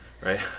right